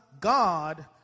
God